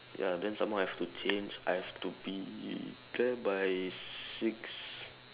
ya then some more I have to change I have to be there by six